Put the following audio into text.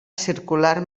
circular